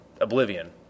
Oblivion